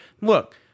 Look